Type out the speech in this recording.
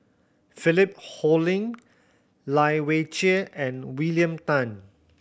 Philip Hoalim Lai Weijie and William Tan